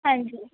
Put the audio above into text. ਹਾਂਜੀ